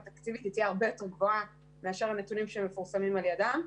היא תהיה הרבה יותר גבוהה מאשר הנתונים שמפורסמים על ידם.